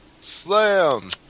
Slam